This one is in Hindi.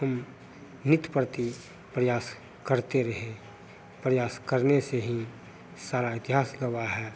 हम नित्य प्रति प्रयास करते रहें प्रयास करने से ही सारा इतिहास गवाह है